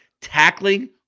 tackling